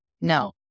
no